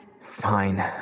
Fine